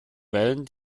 wellen